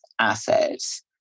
assets